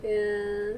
ya